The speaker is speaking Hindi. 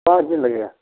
पाँच मिनट लगेगा